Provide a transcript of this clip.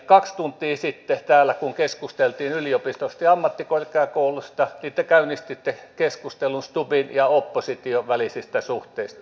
kaksi tuntia sitten täällä kun keskusteltiin yliopistoista ja ammattikorkeakouluista te käynnistitte keskustelun stubbin ja opposition välisistä suhteista